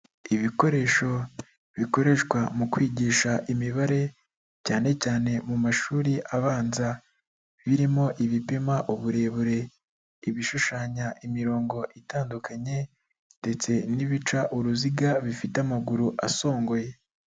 Ibikoresho bikoreshwa mu kwigisha imibare cyane cyane mu mashuri abanza, birimo ibipima uburebure, ibishushanya imirongo itandukanye ndetse n'ibica uruziga bifite amaguru asongoye.